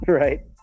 right